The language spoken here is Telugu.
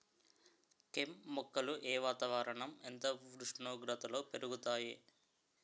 కెమ్ మొక్కలు ఏ వాతావరణం ఎంత ఉష్ణోగ్రతలో పెరుగుతాయి?